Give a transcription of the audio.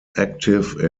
active